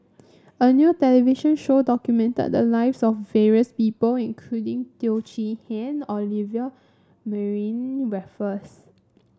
a new television show documented the lives of various people including Teo Chee Hean Olivia Mariamne Raffles